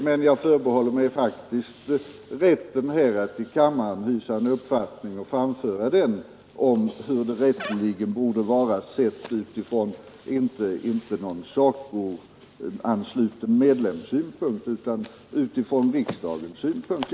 Men jag förbehåller mig faktiskt rätten att hysa en uppfattning — och framföra den i kammaren om hur det rätteligen borde vara sett inte utifrån någon SACO medlems synpunkt — utan utifrån riksdagens synpunkt.